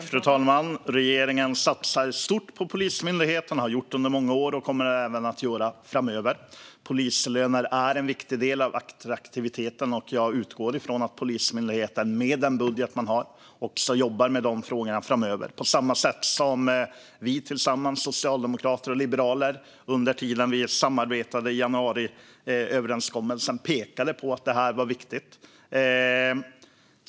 Fru talman! Regeringen satsar stort på Polismyndigheten, har gjort det under många år och kommer även att göra det framöver. Polislönerna är en viktig del av attraktiviteten. Jag utgår från att Polismyndigheten med den budget man har jobbar med de frågorna framöver, på samma sätt som vi tillsammans, socialdemokrater och liberaler, under tiden för januariöverenskommelsens samarbete pekade på att det här är viktigt.